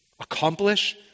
accomplish